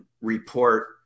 report